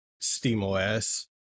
SteamOS